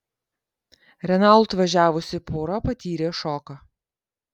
renault važiavusi pora patyrė šoką